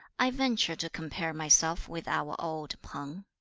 i venture to compare myself with our old p'ang